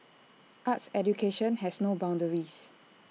arts education has no boundaries